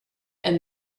and